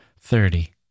thirty